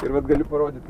ir vat gali parodyt